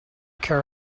care